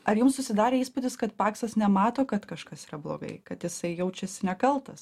ar jum susidarė įspūdis kad paksas nemato kad kažkas yra blogai kad jisai jaučiasi nekaltas